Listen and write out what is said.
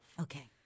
Okay